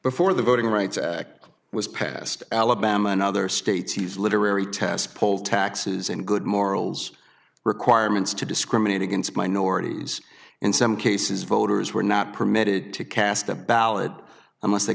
before the voting rights act was passed alabama and other states he's literary tests poll taxes and good morals requirements to discriminate against minorities in some cases voters were not permitted to cast a ballot unless they